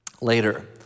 Later